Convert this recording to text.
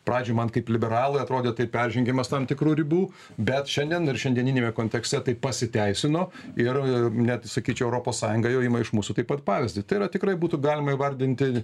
pradžioj man kaip liberalui atrodė tai peržengimas tam tikrų ribų bet šiandien ir šiandieniniame kontekste tai pasiteisino ir net sakyčiau europos sąjunga jau ima iš mūsų taip pat pavyzdį tai yra tikrai būtų galima įvardinti